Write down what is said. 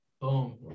boom